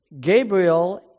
Gabriel